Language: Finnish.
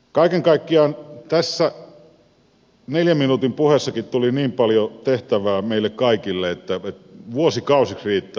kaiken kaikkiaan tässä neljän minuutin puheessakin tuli niin paljon tehtävää meille kaikille että vuosikausiksi riittää